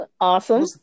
Awesome